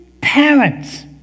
parents